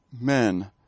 men